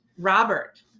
Robert